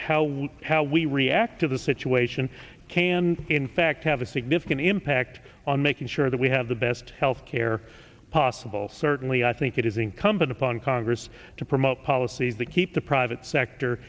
we how we react to the situation can in fact have a significant impact on making sure that we have the best health care possible certainly i think it is incumbent upon congress to promote policies that keep the private sector